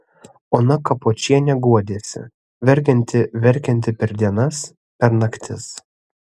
ona kapočienė guodėsi verkianti verkianti per dienas per naktis